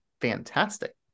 fantastic